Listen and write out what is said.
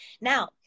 Now